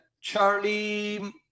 Charlie